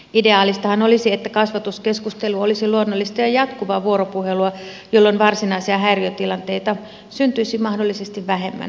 ideaalistahan olisi että kasvatuskeskustelu olisi luonnollista ja jatkuvaa vuoropuhelua jolloin varsinaisia häiriötilanteita syntyisi mahdollisesti vähemmän